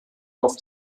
auf